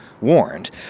warned